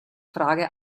frage